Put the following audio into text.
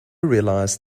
realised